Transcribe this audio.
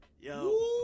Yo